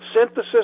synthesis